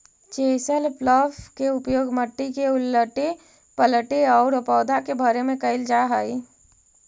chisel plough के उपयोग मट्टी के उलऽटे पलऽटे औउर पौधा के भरे में कईल जा हई